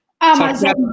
Amazon